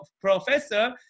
professor